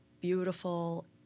beautiful